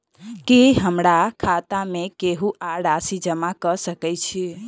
की हमरा खाता मे केहू आ राशि जमा कऽ सकय छई?